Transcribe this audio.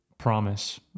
promise